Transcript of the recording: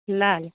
ल ल